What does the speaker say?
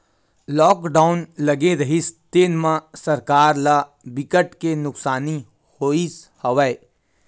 lockdown लगे रिहिस तेन म सरकार ल बिकट के नुकसानी होइस हवय